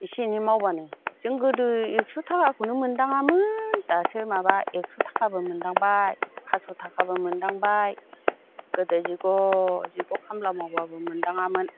इसे एनै मावब्लानो जों गोदो एक्स' थाखाखौनो मोनदाङामोन दासो माबा एक्स' थाखाबो मोनदांबाय फास्स' थाखाबो मोनदांबाय गोदो जिग' जिग' खामला मावब्लाबो मोनदाङामोन